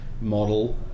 model